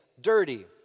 dirty